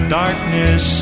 darkness